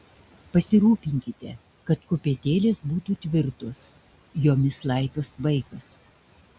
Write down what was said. pasirūpinkite kad kopėtėlės būtų tvirtos jomis laipios vaikas